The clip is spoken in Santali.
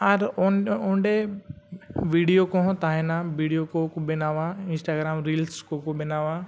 ᱟᱨ ᱚᱸᱰᱮ ᱵᱷᱤᱰᱭᱳ ᱠᱚ ᱛᱟᱦᱮᱱᱟ ᱵᱷᱤᱰᱭᱳ ᱠᱚᱠᱚ ᱵᱮᱱᱟᱣᱟ ᱤᱱᱥᱴᱟᱜᱨᱟᱢ ᱨᱤᱞᱥ ᱠᱚᱠᱚ ᱵᱮᱱᱟᱣᱟ